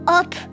up